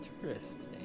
Interesting